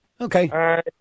Okay